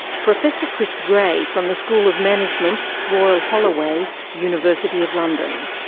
professor chris grey from the school of management, royal holloway, university of london.